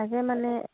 তাকে মানে